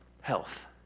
health